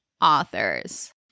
authors